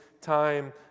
time